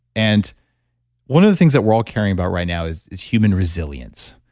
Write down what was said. and one of the things that we're all caring about right now is is human resilience.